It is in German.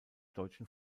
deutschen